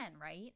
right